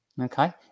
Okay